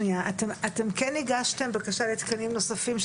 אתם כן הגשתם בקשה לתקנים נוספים,